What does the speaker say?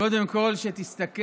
קודם כול שתסתכל